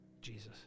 Jesus